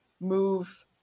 move